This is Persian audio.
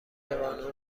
قانون